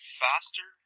faster